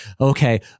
okay